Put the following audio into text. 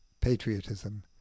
patriotism